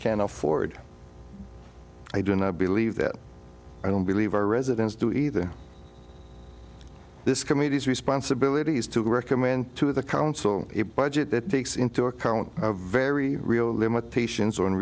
can afford i do not believe that i don't believe our residents do either this committee's responsibility is to recommend to the council a budget that takes into account very real limitations on